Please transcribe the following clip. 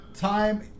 time